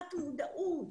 להגברת מודעות,